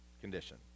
condition